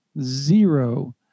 zero